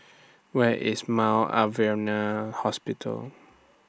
Where IS Mount Alvernia Hospital